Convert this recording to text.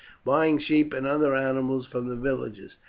buying sheep and other animals from the villagers,